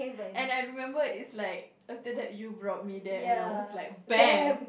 and I remember it's like after that you brought me there and I was like bam